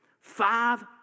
Five